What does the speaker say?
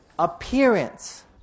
Appearance